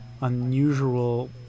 unusual